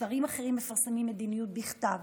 שרים אחרים מפרסמים מדיניות בכתב,